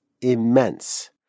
immense